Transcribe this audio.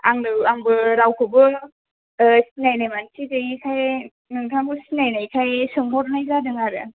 आंनो आंबो रावखौबो ओ सिनायनाय मानसि गोयैखाय नोंथांखौ सिनायनायखाय सोंहरनाय जादों आरो